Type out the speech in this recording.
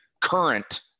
current